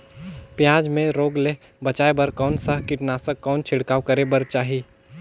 पियाज मे रोग ले बचाय बार कौन सा कीटनाशक कौन छिड़काव करे बर चाही?